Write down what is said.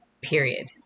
period